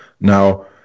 Now